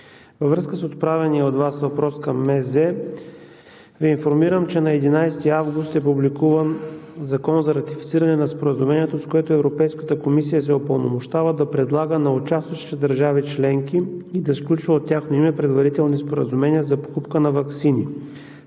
във връзка с отправения от Вас въпрос към Министерството на здравеопазването Ви информирам, че на 11 август е публикуван Законът за ратифициране на Споразумението, с което Европейската комисия се упълномощава да предлага на участващите държави членки и да сключва от тяхно име предварителни споразумения за покупка на ваксини